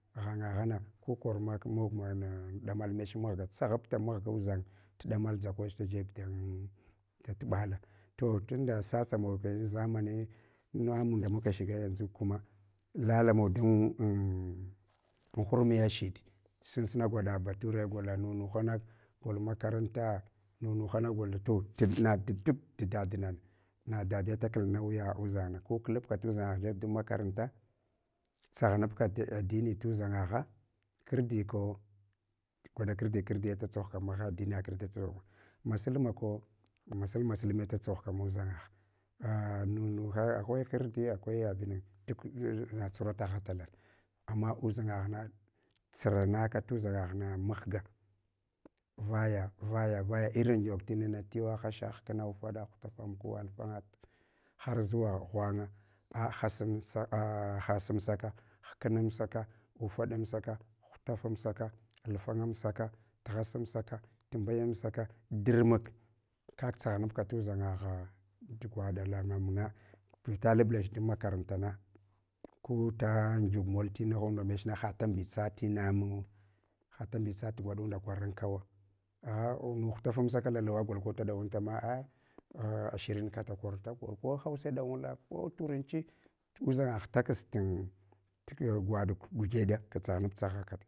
Ghanga ghana kukormak mog mana ɗamal mech maghga tsaghabta mahga velʒang tu damal dʒakol tajebuch dan dat balla. To tunda sasamawakai anʒamani namuna muka shiga yanʒu kuma, lalamawa dona hurumiya shaɗ susuna gwaɗa bature golna, munuhana lol makaranta munuha ha, gol to tu dub tu dadna, na dade da kal nauyiya udʒana, ko klapka tudʒanga gha jeb dan makaranta, tsagha nab kat adini tudʒangigha kirdi koh, gwaɗa kirdi kirdiya da tsogh kamsha adini ya kurdatsuru, masulmakau, masulmasul me tutsoghka muʒangagha, g nunuha, akwai kirdiye akwai abinang duk na tsuhura tagha talal. Amma udʒangaghna tsurana ka tudʒangagh na mahga vaya, vaya, vaya irin ngyog tinana tiwa hasha, hkna, ufaɗa, hulafa, amkuwa alfanga harʒuwa ghwanga, a hasamka wcnamsaka, ufaɗamsa ka, hutafamsaka, alfangamasaka tghasamsaka, tumbayamsaka, durmuk, kaka tsaghanabka tudʒangagha tu gwaɗa lamungna vita lablach dan makaranta na ku da ngyigu moltina ghunda mechna hada mbitsa tina mun’ngu. Hata mhutsat gwaɗunda kwakunkawo, agha nu hutafamsaka, lahuwa gol guda ɗawanta na n shirin ka dakor ko hausa ɗawanla ko turanchi tudʒangagh dak tgwaɗ gugyaɗa ga tsaghnab tsaghaka.